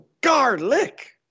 garlic